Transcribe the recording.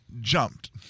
jumped